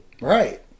Right